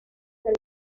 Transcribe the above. del